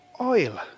Oil